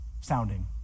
sounding